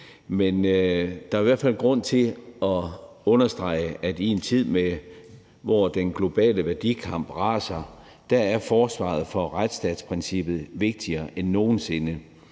Men der er i hvert fald grund til at understrege, at i en tid, hvor den globale værdikamp raser, er forsvaret for retsstatsprincippet vigtigere end nogen sinde.